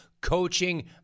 coaching